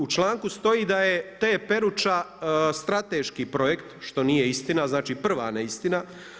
U članku stoji da je T-Peruća strateški projekt, što nije istina, znači prva neistina.